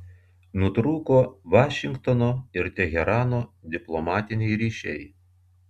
nutrūko vašingtono ir teherano diplomatiniai ryšiai